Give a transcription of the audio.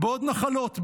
בעוד נחלות,